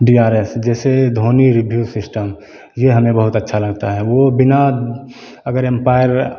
D R S जैसे Dhoni review system यह हमें बहुत अच्छा लगता है वह बिना अगर अंपायर